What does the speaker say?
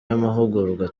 y’amahugurwa